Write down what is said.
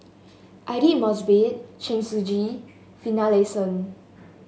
Aidli Mosbit Chen Shiji Finlayson